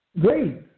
Great